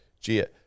Gia